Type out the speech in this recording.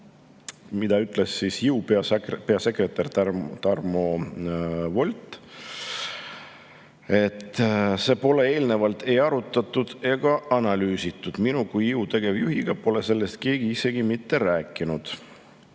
Mida ütles Jõu peasekretär Tarmo Volt? ""Seda pole eelnevalt ei arutatud ega analüüsitud. Minu kui Jõu tegevjuhiga pole sellest keegi isegi mitte rääkinud."